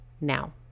now